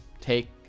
take